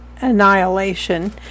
annihilation